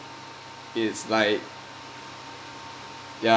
it's like ya